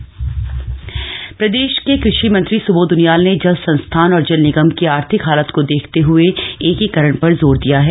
सुबोध उनियाल प्रदेश के कृषि मंत्री सुबोध उनियाल ने जल संस्थान और जल निगम की आर्थिक हालत को देखते हए एकीकरण पर जोर दिया है